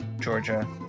Georgia